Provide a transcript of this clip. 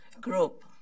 group